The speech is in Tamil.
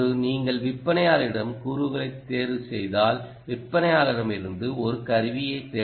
நீங்கள் விற்பனையாளரிடமிருந்து கூறுகளை தேர்வுசெய்தால் விற்பனையாளரிடமிருந்து ஒரு கருவியைத் தேடுங்கள்